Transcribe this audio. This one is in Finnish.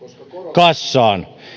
kassaan